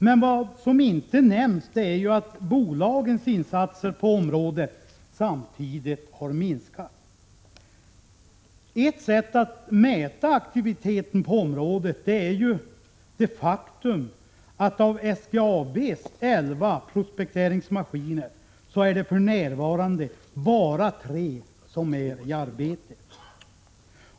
Men vad som inte nämns är att bolagens insatser på området samtidigt har minskat. Ett mått på aktiviteten inom området är det faktum att det av SGAB:s elva prospekteringsmaskiner för närvarande bara är tre som är i arbete.